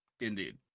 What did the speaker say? Indeed